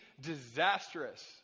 disastrous